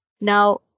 Now